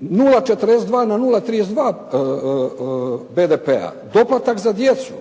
0,42 na 0,32 BDP-a. Doplatak za djecu